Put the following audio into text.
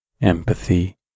empathy